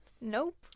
Nope